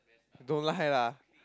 don't lie lah